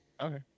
Okay